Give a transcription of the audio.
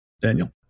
Daniel